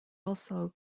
also